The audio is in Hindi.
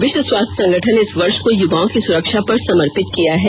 विष्व स्वास्थ्य संगठन ने इस वर्ष को युवाओं की सुरक्षा पर समर्पित किया है